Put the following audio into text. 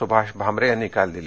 सुभाष भामरे यांनी काल दिली